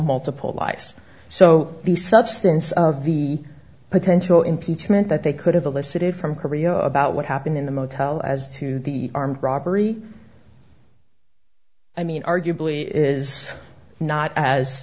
multiple lies so the substance of the potential impeachment that they could have elicited from korea about what happened in the motel as to the armed robbery i mean arguably is not as